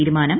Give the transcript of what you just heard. തീരുമാനം